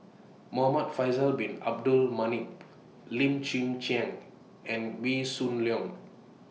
Muhamad Faisal Bin Abdul Manap Lim Chwee Chian and Wee Shoo Leong